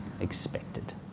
expected